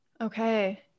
Okay